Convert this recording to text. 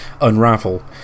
Unravel